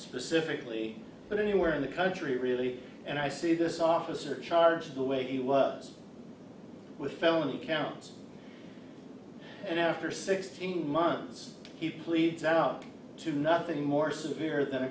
specifically but anywhere in the country really and i see this officer charged the way he was with felony counts and after sixteen months he pleads out to nothing more severe than a